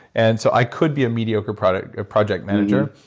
and so, i could be a mediocre project project manager.